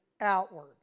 outward